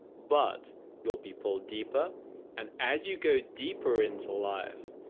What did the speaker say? but you'll be pulled deeper and as you go deeper into life,